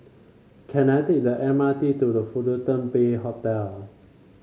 can I take the M R T to The Fullerton Bay Hotel